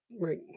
right